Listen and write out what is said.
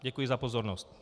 Děkuji za pozornost.